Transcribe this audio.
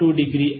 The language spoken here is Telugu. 28 13